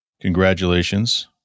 Congratulations